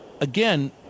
again